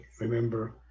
remember